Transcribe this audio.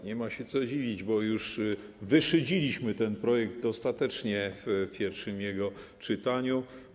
Nie ma się co dziwić, bo już wyszydziliśmy ten projekt dostatecznie w pierwszym czytaniu.